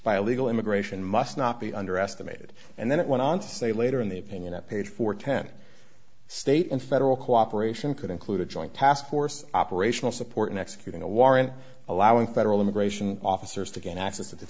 illegal immigration must not be underestimated and then it went on to say later in the opinion a page for ten state and federal cooperation could include a joint task force operational support in executing a warrant allowing federal immigration officers to gain access to the